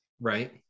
right